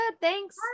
thanks